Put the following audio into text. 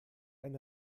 ein